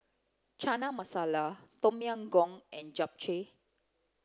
Chana Masala Tom Yam Goong and Japchae